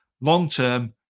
long-term